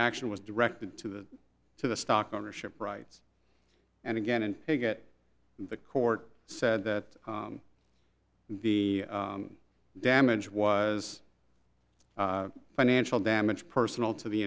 action was directed to the to the stock ownership rights and again and to get the court said that the damage was financial damage personal to the